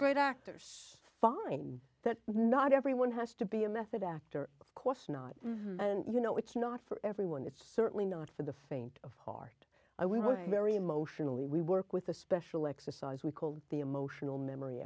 great actors find that not everyone has to be a method actor of course not and you know it's not for everyone it's certainly not for the faint of heart i we were very emotional when we work with the special exercise we called the emotional memory